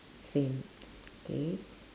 same K